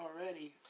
already